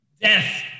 Death